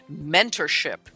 mentorship